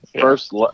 First